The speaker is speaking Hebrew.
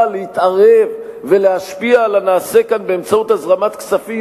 להתערב ולהשפיע על הנעשה כאן באמצעות הזרמת כספים,